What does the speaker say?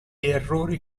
errori